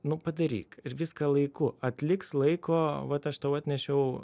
nu padaryk ir viską laiku atliks laiko vat aš tau atnešiau